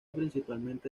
principalmente